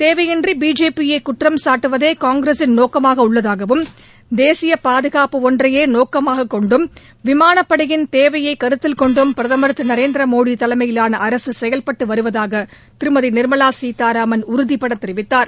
தேவையின்றி பிஜேபி யை குற்றம் சாட்டுவதே காங்கிரஸின் நோக்கமாக உள்ளதாகவும் தேசிய பாதுகாப்பு ஒன்றையே நோக்கமாக கொண்டும் விமானப்படையின் தேவையை கருத்தில்கொண்டும் பிரதமர் திரு நரேந்திர மோடி தலைமையிலாள அரசு செயல்பட்டு வருவதாக திருமதி நிர்மலா சீதாராமன் உறுதிபட தெரிவித்தார்